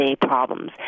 problems